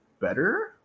better